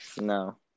No